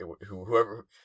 whoever